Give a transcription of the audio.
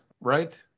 right